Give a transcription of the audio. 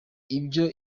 ibyo